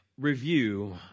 review